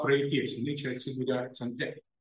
praeities jinai čia atsiduria centre